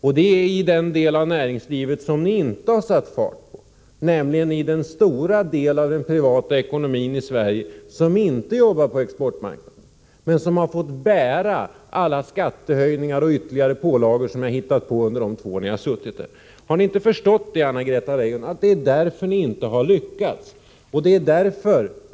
Det skulle gälla i den del av näringslivet som ni inte har satt fart på, nämligen i den stora del av den privata ekonomin i Sverige som inte arbetar på exportmarknaden men som har fått bära alla skattehöjningar och ytterligare pålagor som ni har hittat på under de två år som ni har suttit i regeringen. Har ni inte förstått att det är därför ni inte har lyckats, Anna-Greta Leijon?